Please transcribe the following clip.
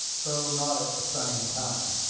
though not at the same time.